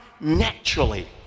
naturally